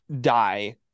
die